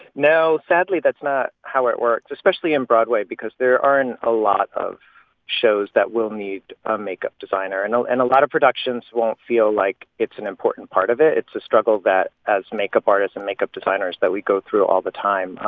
no. sadly, that's not how it works, especially in broadway because there aren't a lot of shows that will need a makeup designer. and and a lot of productions won't feel like it's an important part of it. it's a struggle that as makeup artists and makeup designers, that we go through all the time.